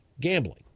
gambling